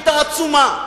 העצומה,